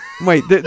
wait